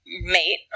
Mate